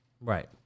right